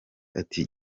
ati